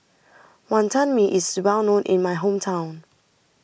Wonton Mee is well known in my hometown